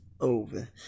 over